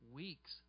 weeks